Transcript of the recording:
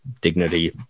dignity